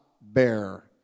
bear